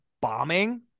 bombing